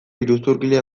iruzurgile